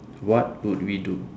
what would we do